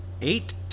Eight